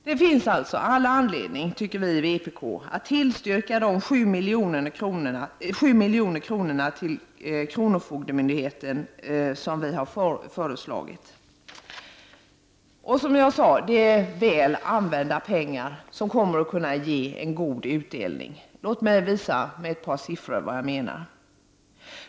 Vi i vpk anser således att det finns all anledning att tillstyrka vårt förslag om 7 milj.kr. till kronofogdemyndigheten. Detta är, som jag sade, väl använda pengar som kommer att kunna ge en god utdelning. Låt mig med ett par siffror visa vad jag menar.